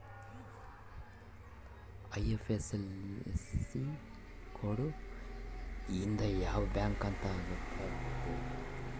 IFSC code ಇಂದ ಯಾವ bank ಅಂತ ಗೊತ್ತಾತತೆ